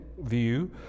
view